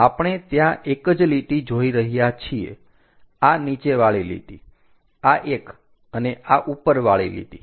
તો આપણે ત્યાં એક જ લીટી જોઈ રહ્યા છીએ આ નીચેવાળી લીટી આ એક અને આ ઉપરવાળી લીટી